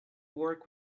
work